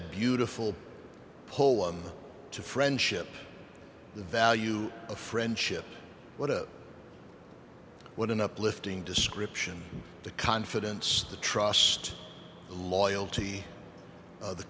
a beautiful poem to friendship the value of friendship what up what an uplifting description the confidence the trust the loyalty of the